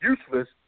useless